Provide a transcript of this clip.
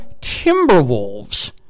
Timberwolves